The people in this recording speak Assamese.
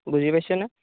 বুজি পাইছে না